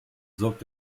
sorgt